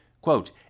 quote